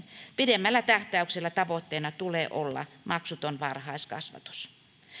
pidemmällä tähtäyksellä tavoitteena tulee olla maksuton varhaiskasvatus